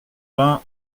vingt